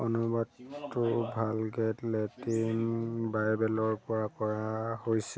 অনুবাদটো Vulgate Latin বাইবেলৰ পৰা কৰা হৈছে